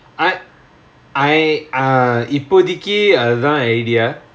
I I err இப்போதைக்கு அதுதான்:ippothaikku athuthaan idea